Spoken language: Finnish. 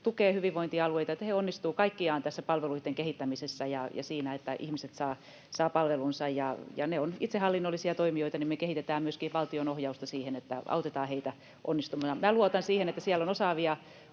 tukea hyvinvointialueita, että he onnistuvat kaikkiaan tässä palveluitten kehittämisessä ja siinä, että ihmiset saavat palvelunsa. Ja ne ovat itsehallinnollisia toimijoita, niin että me kehitetään myöskin valtionohjausta siihen, että autetaan heitä onnistumaan. [Annika Saarikon